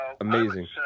amazing